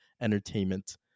entertainment